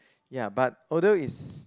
ya but although is